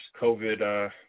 COVID